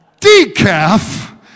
decaf